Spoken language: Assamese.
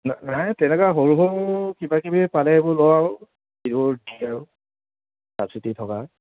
নাই তেনেকুৱা সৰু সৰু কিবা কিবি পালে এইবোৰ লওঁ আৰু যিবোৰ দিয়ে আৰু ছাবচিডি থকা